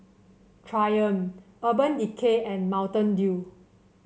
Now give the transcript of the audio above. Triumph Urban Decay and Mountain Dew